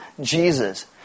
Jesus